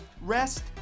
rest